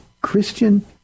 Christian